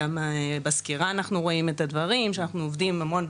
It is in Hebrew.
גם בסקירה אנחנו רואים את הדברים שאנחנו עובדים המון,